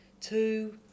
Two